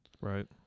Right